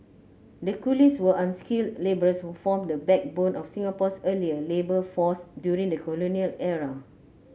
the coolies were unskilled labourers who formed the backbone of Singapore's earlier labour force during the colonial era